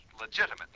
legitimate